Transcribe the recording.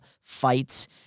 fights